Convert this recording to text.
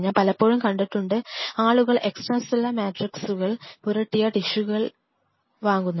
ഞാൻ പലപ്പോഴും കണ്ടിട്ടുണ്ട് ആളുകൾ എക്സ്ട്രാ സെല്ലുലാർ മാട്രിക്സ്സുകൾ പുരട്ടിയ ടിഷുകൾ വാങ്ങുന്നത്